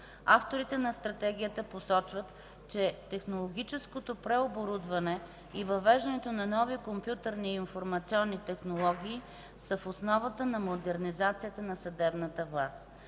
Авторите на Стратегията посочват, че технологическото преоборудване и въвеждането на нови компютърни и информационни технологии са в основата на модернизацията на съдебната власт.